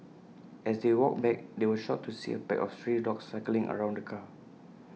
as they walked back they were shocked to see A pack of stray dogs circling around the car